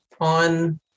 on